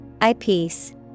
Eyepiece